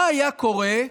מה היה קורה,